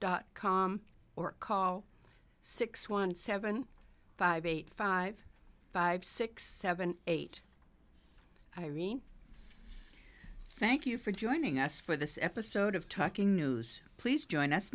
dot com or call six one seven five eight five five six seven eight i mean thank you for joining us for this episode of talking news please join us